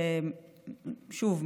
שוב,